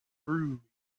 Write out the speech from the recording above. through